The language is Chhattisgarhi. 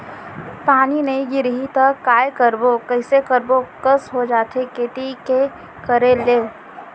पानी नई गिरही त काय करबो, कइसे करबो कस हो जाथे खेती के करे ले